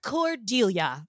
Cordelia